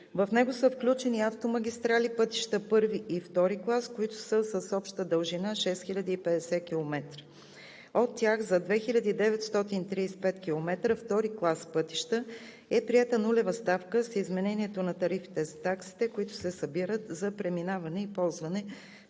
В него са включени автомагистрали, пътища първи и втори клас, които са с обща дължина 6050 км. От тях за 2935 км втори клас пътища е приета нулева ставка с изменението на тарифите за таксите, които се събират за преминаване и ползване на